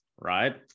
right